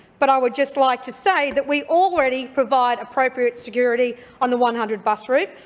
but i would just like to say that we already provide appropriate security on the one hundred bus route,